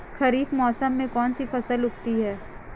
खरीफ मौसम में कौनसी फसल आती हैं?